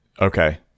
okay